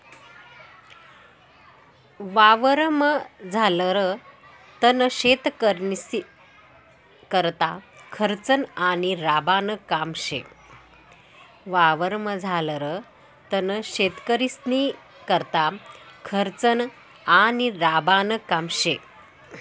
वावरमझारलं तण शेतकरीस्नीकरता खर्चनं आणि राबानं काम शे